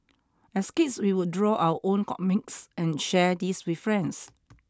as kids we would draw our own comics and share these with friends